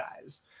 guys